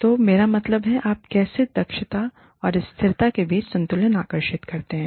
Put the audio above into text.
तो मेरा मतलब है आप कैसे दक्षता और स्थिरता के बीच संतुलन आकर्षित करते हैं